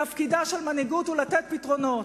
תפקידה של מנהיגות הוא לתת פתרונות.